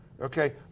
okay